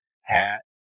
hat